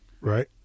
Right